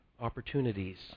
opportunities